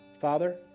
Father